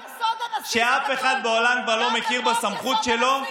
שאף אחד בעולם כבר לא מכיר בסמכות שלו,